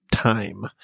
time